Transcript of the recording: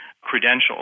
credentials